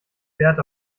wert